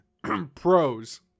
pros